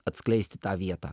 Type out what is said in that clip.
atskleisti tą vietą